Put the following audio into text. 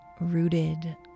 rooted